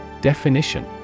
Definition